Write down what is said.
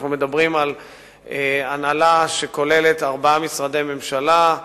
אנחנו מדברים על הנהלה שכוללת ארבעה משרדי ממשלה,